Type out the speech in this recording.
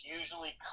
usually